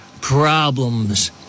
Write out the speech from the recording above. problems